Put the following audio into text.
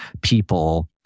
people